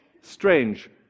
Strange